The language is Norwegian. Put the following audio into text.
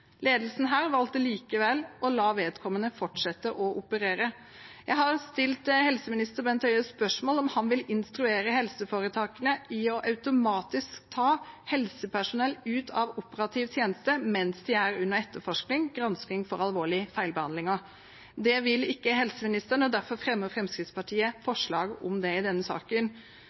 Ledelsen her valgte likevel å la vedkommende fortsette å operere. Jeg har stilt helseminister Bent Høie spørsmål om han vil instruere helseforetakene til automatisk å ta helsepersonell ut av operativ tjeneste mens de er under etterforskning/granskning for alvorlige feilbehandlinger. Det vil ikke helseministeren. Derfor fremmer Fremskrittspartiet og SV forslag om det i denne saken.